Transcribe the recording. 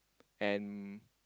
and